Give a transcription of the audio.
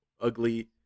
ugly